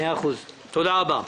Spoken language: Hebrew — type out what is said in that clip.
תודה רבה.